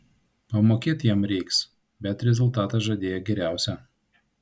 pamokėt jam reiks bet rezultatą žadėjo geriausią